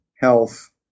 health